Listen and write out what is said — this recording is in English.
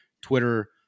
Twitter